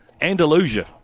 andalusia